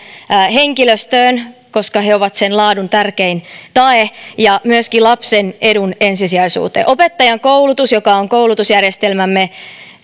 henkilöstöön koska he ovat sen laadun tärkein tae ja myöskin lapsen edun ensisijaisuuteen myöskin opettajankoulutus joka on koulutusjärjestelmämme